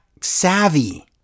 savvy